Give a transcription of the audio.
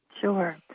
Sure